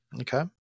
Okay